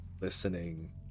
listening